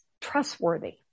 trustworthy